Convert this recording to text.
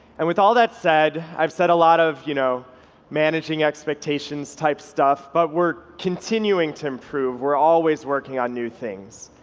and with all that said, i've said a lot of you know managing expectations type stuff, but we're continuing to improve, we're always working on new things,